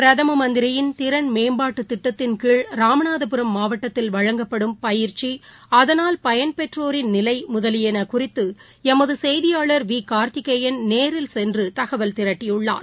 பிரதமமந்திரியின் திறன் மேம்பாட்டுதிட்டத்தின் கீழ் ராமநாத புரம் மாவட்டத்தில் வழங்கப்படும் பயிற்சி அதனால் பயன்பெற்றோரின் நிலைமுதலியகுறித்துளமதசெய்தியாளர் விகார்த்திகேயன் நேரில் சென்றுதகவல் திரட்டியுள்ளார்